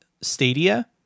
Stadia